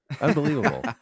Unbelievable